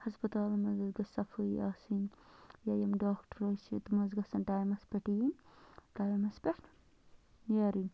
ہَسپَتالَن منٛز حظ گٔژھِ صفٲیی آسٕنۍ یا یِم ڈاکٹر حظ چھِ تِم حظ گژھن ٹایمَس پٮ۪ٹھ یِنۍ ٹایمَس پٮ۪ٹھ نیرٕنۍ